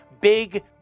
big